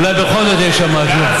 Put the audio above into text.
אולי בכל זאת יש שם משהו.